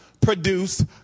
produce